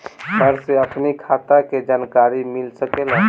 घर से अपनी खाता के जानकारी मिल सकेला?